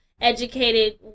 educated